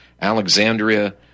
Alexandria